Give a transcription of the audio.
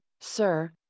sir